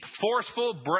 forceful